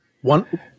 One